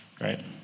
right